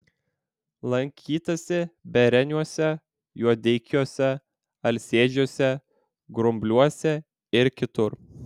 lankytasi bereniuose juodeikiuose alsėdžiuose grumbliuose ir kitur